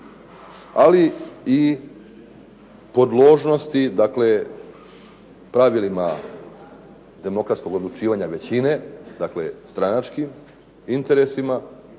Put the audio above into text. ali i podložnosti pravilima demokratskog odlučivanja većine, dakle stranačkim interesima,